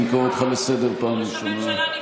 אני קורא אותך לסדר פעם ראשונה.